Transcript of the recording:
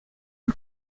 the